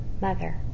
mother